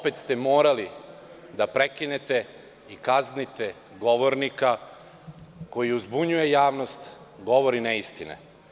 Opet ste morali da prekinete i kaznite govornika koji uzbunjuje javnost, govori neistine.